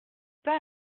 pas